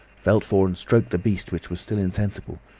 felt for and stroked the beast, which was still insensible,